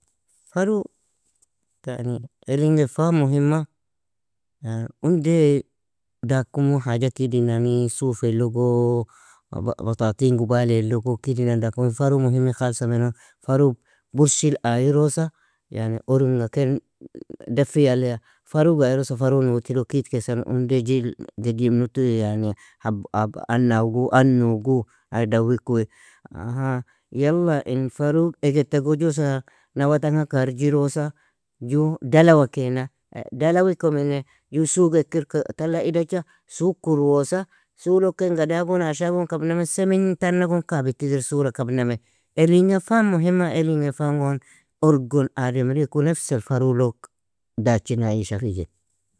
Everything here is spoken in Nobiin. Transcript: Faru yani ilin gefan muhimma, yan unde dakumu haja kidinani sufea logo ba_batatain gubale logo kidinan dakumu faru muhimme khalsa menon. Faru burshil ayiroosa, orimga ken defiya lea. Faru ga ayiroosa farun uotilog kidkesan unde جيل قديم nutui yani anaw gui anno gu, dawikui, yalla in faru egedta gojosa, nawa tanga karjirosa ju dalawa kena, dalawa iko mine ju sooge ekir tala idacha soo kuruosa, soo lo ken gada gon asha gon kabnam, semin tana gon kaita idir sora kabname. Elin gefan muhimaa, elin gefan gon orgon ademr iko nefsel faru log dachina ishafijin.